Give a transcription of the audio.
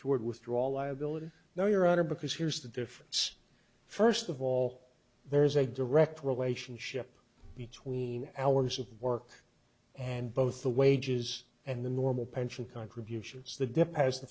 withdrawal liability no your honor because here's the difference first of all there's a direct relationship between hours of work and both the wages and the normal pension contributions the depends the